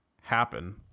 happen